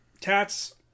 tats